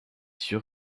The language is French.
sûr